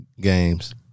games